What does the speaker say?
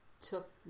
took